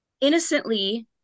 Innocently